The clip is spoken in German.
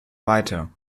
weiter